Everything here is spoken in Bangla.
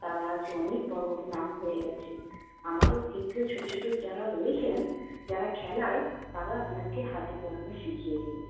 তারা আজ অনেক বড় বড় নাম হয়ে গেছে আমারও ছোটো ছোটো যারা রয়েছেন যারা খেলায় তারা আপনাকে হাতে কলমে শিখিয়ে দেবে